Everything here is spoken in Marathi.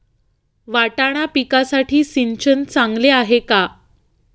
वाटाणा पिकासाठी सिंचन चांगले आहे का?